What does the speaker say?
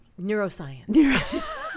Neuroscience